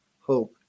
hope